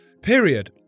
period